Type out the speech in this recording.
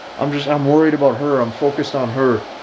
i'm just i'm worried about her. i'm focused on her,